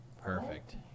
Perfect